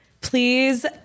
please